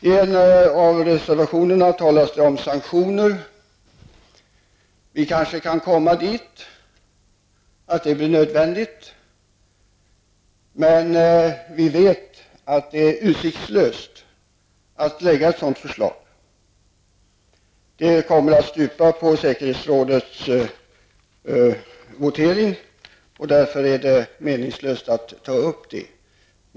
I en av reservationerna talas det om sanktioner. Vi kanske kan komma därhän att det blir nödvändigt, men vi vet att det är utsiktslöst att lägga fram ett sådant förslag -- det kommer att fällas vid säkerhetsrådets votering. Därför är det meningslöst att ställa ett sådant förslag.